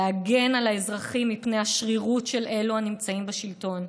להגן על האזרחים מפני השרירות של הנמצאים בשלטון,